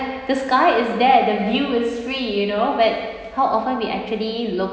the sky is there the view it's free you know but how often we actually look